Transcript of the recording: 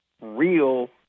real